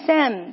Sam